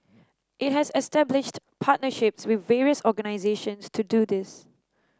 it has established partnerships with various organisations to do this